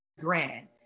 grand